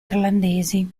irlandesi